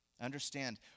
Understand